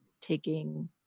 taking